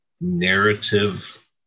narrative